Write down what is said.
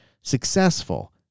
successful